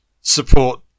support